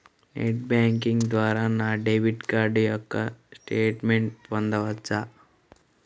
Net banking ద్వారా నా debit card యొక్క స్టేట్మెంట్ పొందవచ్చా?